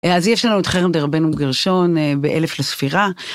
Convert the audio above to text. אז יש לנו את חרם דה רבנו גרשום באלף לספירה.